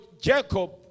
Jacob